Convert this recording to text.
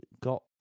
got